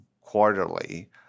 quarterly